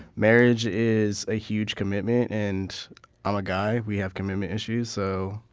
marriage is a huge commitment and i'm a guy. we have commitment issues. so,